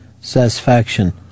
satisfaction